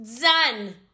done